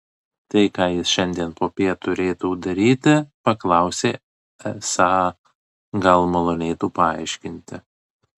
tai ką jis šiandien popiet turėtų daryti paklausė esą gal malonėtų paaiškinti